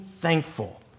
thankful